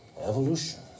evolution